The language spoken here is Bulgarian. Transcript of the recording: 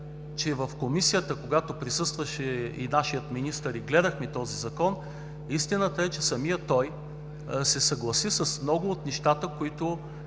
че в Комисията, когато присъстваше и нашият министър и гледахме този Закон, истината е, че самият той се съгласи с много от нещата, които